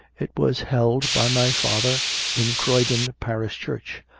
it was held by my father in croydon parish church.